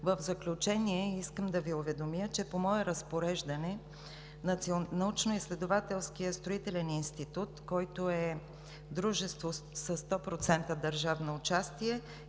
В заключение, искам да Ви уведомя, че по мое разпореждане Научно-изследователският строителен институт, който е дружество със 100% държавно участие